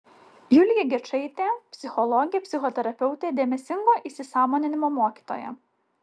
julija gečaitė psichologė psichoterapeutė dėmesingo įsisąmoninimo mokytoja